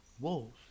wolves